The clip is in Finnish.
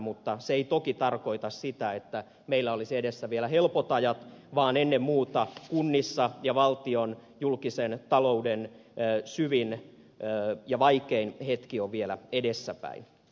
mutta se ei toki tarkoita sitä että meillä olisi edessä vielä helpot ajat vaan ennen muuta kuntien ja valtion julkisen talouden syvin ja vaikein hetki on vielä edessäpäin